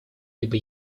либо